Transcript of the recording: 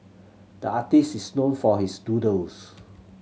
the artist is known for his doodles